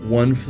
one